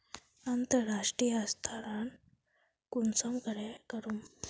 अंतर्राष्टीय स्थानंतरण कुंसम करे करूम?